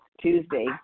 Tuesday